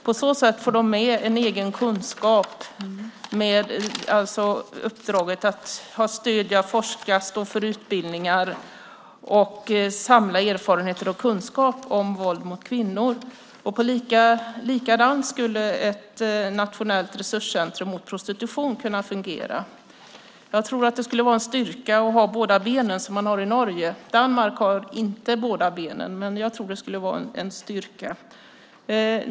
På så sätt har de en egen kunskap, alltså uppdraget att stödja, forska, stå för utbildning och samla erfarenheter och kunskap om våld mot kvinnor. På samma sätt skulle ett nationellt resurscentrum mot prostitution kunna fungera. Jag tror att det skulle vara en styrka att ha båda benen som man har i Norge. I Danmark har man inte båda benen. Men jag tror att det skulle vara en styrka.